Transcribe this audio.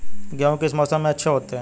गेहूँ किस मौसम में अच्छे होते हैं?